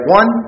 one